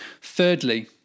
Thirdly